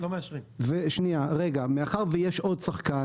מאחר שיש עוד שחקן